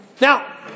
Now